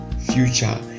future